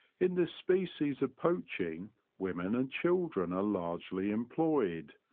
in this species of poaching women and children are largely employed,